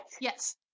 Yes